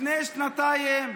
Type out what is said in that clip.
לפני שנתיים,